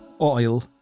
Oil